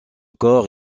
corps